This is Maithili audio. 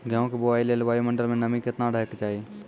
गेहूँ के बुआई लेल वायु मंडल मे नमी केतना रहे के चाहि?